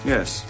Yes